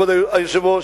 כבוד היושב-ראש,